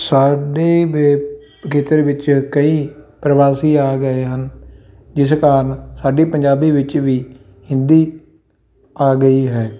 ਸਾਡੇ ਬੇ ਖੇਤਰ ਵਿੱਚ ਕਈ ਪ੍ਰਵਾਸੀ ਆ ਗਏ ਹਨ ਜਿਸ ਕਾਰਨ ਸਾਡੀ ਪੰਜਾਬੀ ਵਿੱਚ ਵੀ ਹਿੰਦੀ ਆ ਗਈ ਹੈ